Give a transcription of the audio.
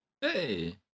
Hey